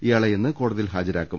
ഇയാളെ ഇന്ന് കോടതിയിൽ ഹാജരാക്കും